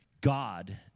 God